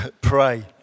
Pray